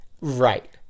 Right